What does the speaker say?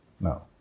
No